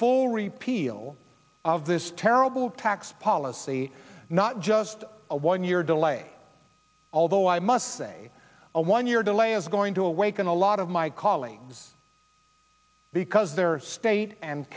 full repeal of this terrible tax policy not just a one year delay although i must say a one year delay is going to awaken a lot of my colleagues because their state and